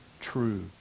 true